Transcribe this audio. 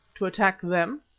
to attack them?